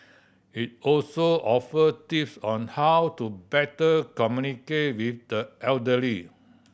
it also offer tips on how to better communicate with the elderly